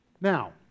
Now